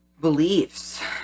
beliefs